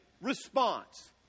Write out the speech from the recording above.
response